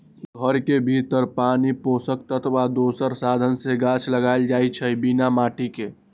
घर के भीतर पानी पोषक तत्व आ दोसर साधन से गाछ लगाएल जाइ छइ बिना माटिके